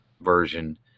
version